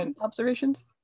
Observations